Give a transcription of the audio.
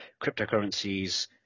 cryptocurrencies